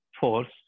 force